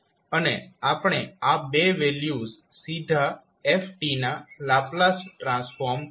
અને આપણે આ બે વેલ્યુઝ સીધા f ના લાપ્લાસ ટ્રાન્સફોર્મ F પરથી શોધી શકીએ છીએ